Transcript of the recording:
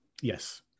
yes